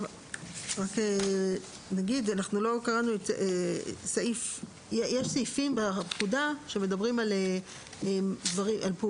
אני רק אגיד שיש סעיפים בפקודה שמדברים על מתן